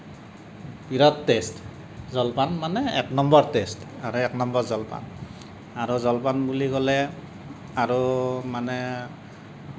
বিৰাট taste জলপান মানে এক নম্বৰ টেষ্ট আৰু এক নম্বৰ জলপান আৰু জলপান বুলি ক'লে আৰু মানে বনোৱা